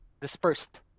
dispersed